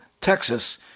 Texas